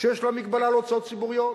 יש לה מגבלה על הוצאות ציבוריות?